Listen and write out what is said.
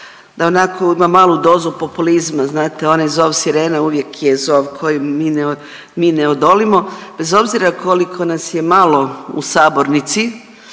da onako ima malu dozu populizma, znate onaj zov sirene uvijek je zov koji mi ne odolimo bez obzira koliko nas je malo u sabornici